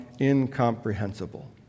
incomprehensible